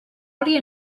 oli